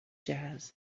jazz